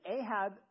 Ahab